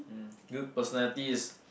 good personality is